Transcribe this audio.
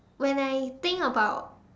when I think about